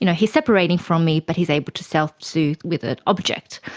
you know he is separating from me but he is able to self-soothe with an object.